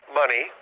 money